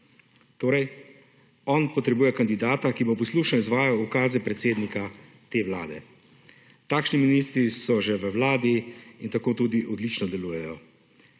Torej on potrebuje kandidata, ki bo poslušal in izvajal ukaze predsednika te vlade. Takšni ministri so že v vladi in tako tudi odlično delujejo.